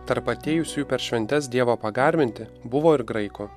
tarp atėjusiųjų per šventes dievo pagarbinti buvo ir graikų